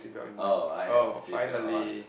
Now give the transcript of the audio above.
oh I have a seatbelt on